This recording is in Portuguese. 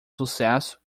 sucesso